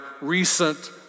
recent